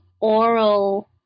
oral